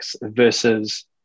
versus